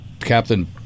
captain